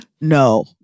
no